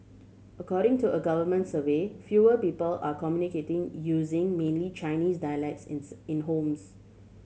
according to a government survey fewer people are communicating using mainly Chinese dialects in homes